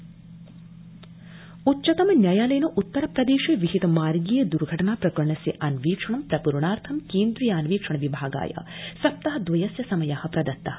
उन्नाव उच्चतम न्यायालयेन उत्तर प्रदेशे विहित मार्गीय दुर्घटना प्रकरणस्य अन्वीक्षणं प्रप्रणार्थ केन्द्रियान्वीक्षण विभागाय सप्ताह दवयस्य समय प्रदत्तः